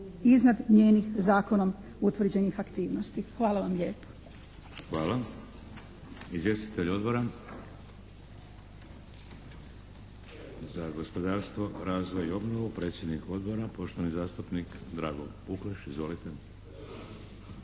iznad njenih zakonom utvrđenih aktivnosti. Hvala vam lijepo. **Šeks, Vladimir (HDZ)** Hvala. Izvjestitelji odbora? Za gospodarstvo, razvoj i obnovu, predsjednik Odbora, poštovani zastupnik Drago Pukleš, izvolite.